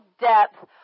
depth